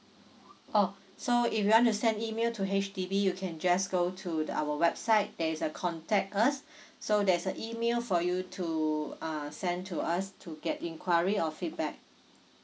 oh so if you want to send email to H_D_B you can just go to the our website there is a contact us so there's a email for you to uh send to us to get enquiry or feedback